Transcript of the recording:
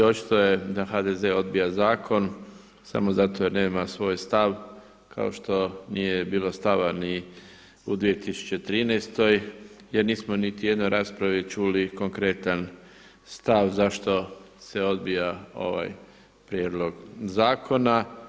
Očito je da HDZ odbija zakon samo zato jer nema svoj stav kao što nije bilo stava ni u 2013. jer nismo u niti jednoj raspravi čuli konkretan stav zašto se odbija ovaj prijedlog zakona.